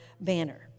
Banner